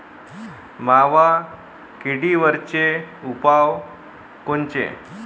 मावा किडीवरचे उपाव कोनचे?